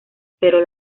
pero